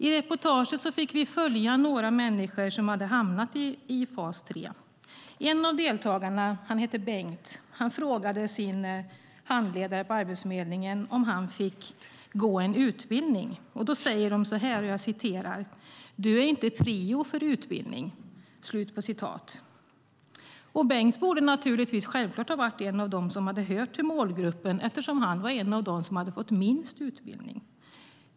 I reportaget fick vi följa några människor som hamnat i fas 3. En av deltagarna, Bengt, frågade sin handledare på Arbetsförmedlingen om han fick gå en utbildning. Då säger de: "Du är inte prio för utbildning". Bengt borde självklart ha varit en av dem som hört till målgruppen eftersom han var en av dem som fått minst utbildning.